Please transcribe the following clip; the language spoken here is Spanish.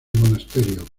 monasterio